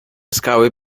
skały